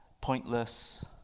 Pointless